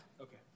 Okay